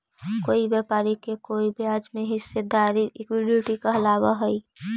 कोई व्यापारी के कोई ब्याज में हिस्सेदारी इक्विटी कहलाव हई